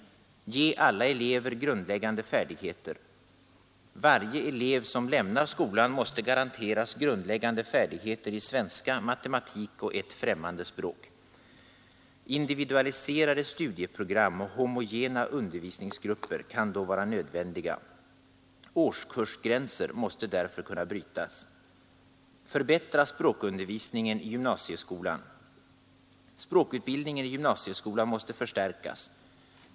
Ge alla elever grundläggande färdigheter. Varje elev som lämnar skolan måste garanteras grundläggande färdigheter i svenska, matematik och ett främmande språk. Individualiserade studieprogram och homogena undervisningsgrupper kan då vara nödvändiga. Årskursgränser måste därför kunna brytas. Förbättra språkundervisningen i gymnasieskolan. Språkutbildningen i gymnasieskolan måste förstärkas.